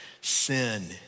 Sin